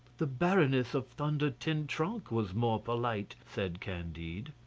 the baroness of thunder-ten-tronckh was more polite, said candide.